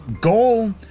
goal